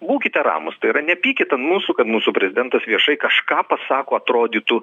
būkite ramūs tai yra nepykit ant mūsų kad mūsų prezidentas viešai kažką pasako atrodytų